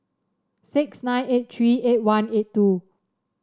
six nine eight three eight one eight two